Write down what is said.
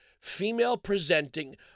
female-presenting